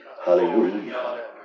Hallelujah